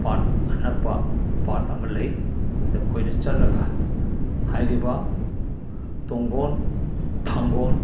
ꯄꯥꯠ ꯑꯅꯛꯄ ꯄꯥꯠ ꯑꯃ ꯂꯩ ꯑꯗꯨꯗ ꯑꯩꯈꯣꯏꯅ ꯆꯠꯂꯒ ꯍꯥꯏꯔꯤꯕ ꯇꯨꯡꯒꯣꯟ ꯊꯥꯡꯒꯣꯟ